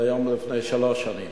והיום ולפני שלוש שנים.